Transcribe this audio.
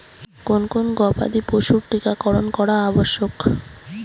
কোন কোন গবাদি পশুর টীকা করন করা আবশ্যক?